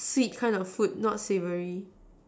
sweet kind of food not savoury